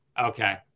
Okay